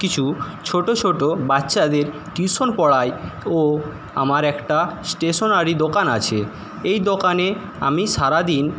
কিছু ছোটো ছোটো বাচ্চাদের টিউশন পড়াই ও আমার একটা স্টেসনারি দোকান আছে এই দোকানে আমি সারাদিন